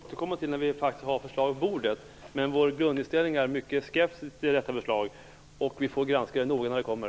Herr talman! Det får vi återkomma till när vi faktiskt har förslaget på bordet, men vår grundinställning är mycket skeptisk när det gäller detta förslag. Vi får granska det noga när det kommer.